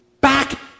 back